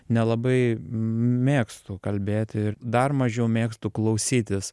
nelabai mėgstu kalbėti dar mažiau mėgstu klausytis